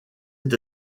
est